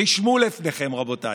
רשמו לפניכם, רבותיי: